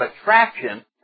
attraction